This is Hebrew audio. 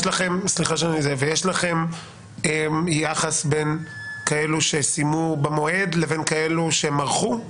יש לכם יחס בין כאלה שסיימו במועד לבין כאלה שמרחו?